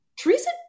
Teresa